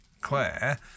Claire